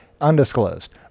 Undisclosed